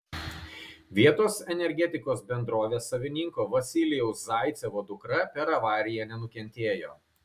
vietos energetikos bendrovės savininko vasilijaus zaicevo dukra per avariją nenukentėjo